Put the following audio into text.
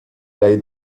lei